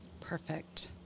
perfect